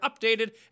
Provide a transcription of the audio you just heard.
updated